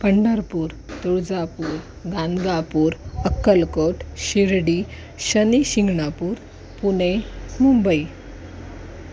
Pandharpur Tuljapur Ganagapur Akkalkot Shirdi Shanishingnapur Pune Mumbai